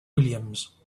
williams